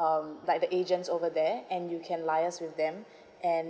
um like the agents over there and you can liaise with them and